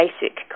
basic